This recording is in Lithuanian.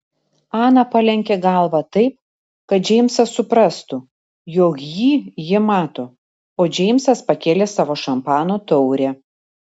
ana palenkė galvą taip kad džeimsas suprastų jog jį ji mato o džeimsas pakėlė savo šampano taurę